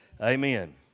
Amen